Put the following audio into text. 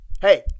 Hey